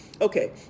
Okay